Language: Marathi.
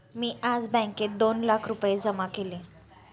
मी आज बँकेत दोन लाख रुपये जमा केले